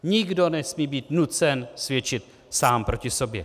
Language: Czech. Nikdo nesmí být nucen svědčit sám proti sobě.